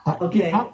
Okay